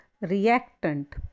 reactant